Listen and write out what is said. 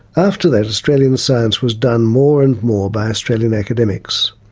after that, australian science was done more and more by australian academics.